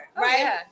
right